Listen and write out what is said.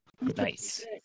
Nice